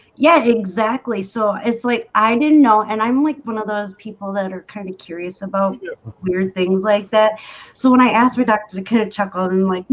yeah exactly. so it's like i didn't know and i'm like one of those people that are kind of curious about weird things like that so when i asked my doctor the kid chuckling like